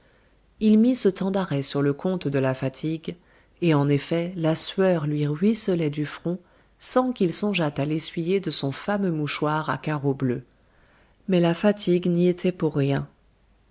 il mit ce temps d'arrêt sur le compte de la fatigue et en effet la sueur lui ruisselait du front sans qu'il songeât à l'essuyer de son fameux mouchoir à carreaux bleus mais la fatigue n'y était pour rien